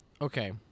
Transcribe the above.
Okay